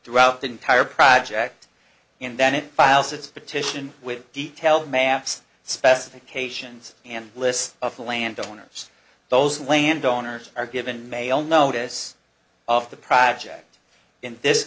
throughout the entire project and then it files its petition with detailed maps specifications and lists of landowners those landowners are given mail notice of the project in this